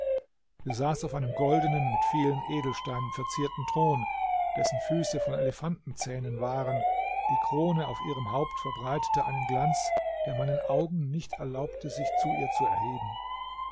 saß auf einem goldenen mit vielen edelsteinen verzierten thron dessen füße von elefantenzähnen waren die krone auf ihrem haupt verbreitete einen glanz der meinen augen nicht erlaubte sich zu ihr zu erheben